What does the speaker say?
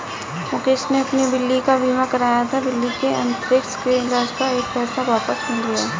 मुकेश ने अपनी बिल्ली का बीमा कराया था, बिल्ली के अन्थ्रेक्स के इलाज़ का एक एक पैसा वापस मिल गया